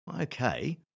Okay